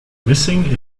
missing